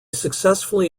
successfully